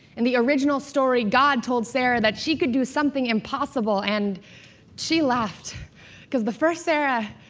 in the original story, god told sarah that she could do something impossible and she laughed because the first sarah,